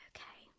Okay